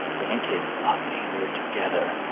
band kids love being weird together.